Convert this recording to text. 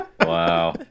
Wow